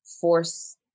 force